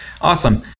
awesome